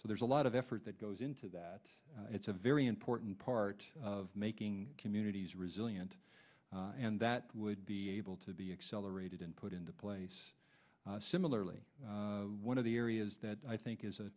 so there's a lot of effort that goes into that it's a very important part of making communities resilient and that would be able to be accelerated and put into place similarly one of the areas that i think is a